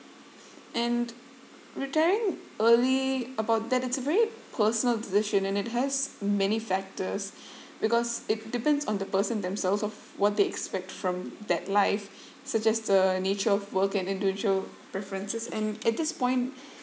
and retiring early about that it's a very personal decision and it has many factors because it depends on the person themselves of what they expect from that life suggests the nature of work and individual preferences and at this point